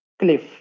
Cliff